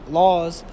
laws